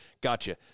gotcha